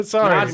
Sorry